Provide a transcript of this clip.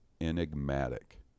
enigmatic